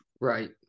Right